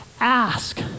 Ask